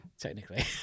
Technically